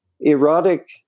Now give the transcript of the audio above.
erotic